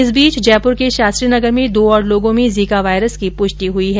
इस बीच जयपुर के शास्त्रीनगर में दो और लोगों में जीका वायरस की पुष्टि हुई है